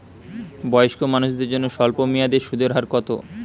বয়স্ক মানুষদের জন্য স্বল্প মেয়াদে সুদের হার কত?